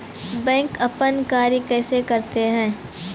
Bank अपन कार्य कैसे करते है?